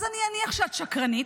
אז אני אניח שאת שקרנית.